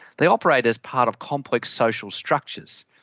they operate as part of complex social structures.